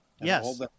Yes